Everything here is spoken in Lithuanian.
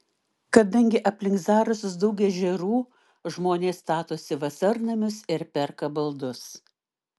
kadangi aplink zarasus daug ežerų žmonės statosi vasarnamius ir perka baldus